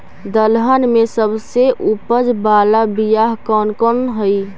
दलहन में सबसे उपज बाला बियाह कौन कौन हइ?